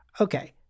Okay